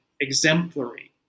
exemplary